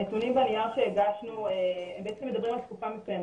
הנתונים בנייר שהגשנו מדברים על תקופה מסוימת,